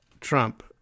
Trump